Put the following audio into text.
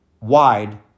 wide